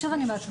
שוב אני אומרת,